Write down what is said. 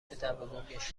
پدربزرگش